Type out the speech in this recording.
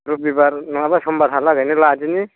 रबिबार नङाबा समबारहालागैनो लादिनि